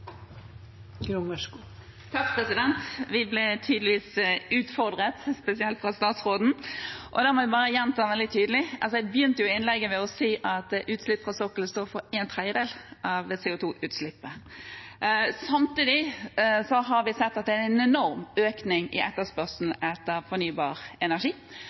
Vi ble tydeligvis utfordret, spesielt fra statsråden, og da må jeg bare gjenta noe veldig tydelig. Jeg begynte jo innlegget med å si at utslipp fra sokkelen står for en tredjedel av CO 2 -utslippene. Samtidig har vi sett at det er en enorm økning i etterspørselen etter fornybar energi.